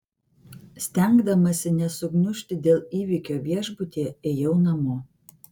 stengdamasi nesugniužti dėl įvykio viešbutyje ėjau namo